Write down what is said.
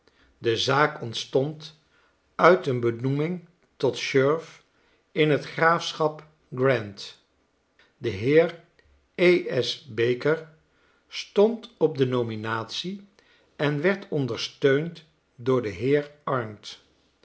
a k ontstond uit een benoeming tot sheriff in t graafschap grant de heer e s baker stond op de nominatie en werd ondersteund door den heer arndt